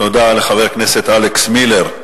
תודה לחבר הכנסת אלכס מילר,